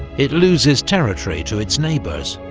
it loses territory to its neighbours,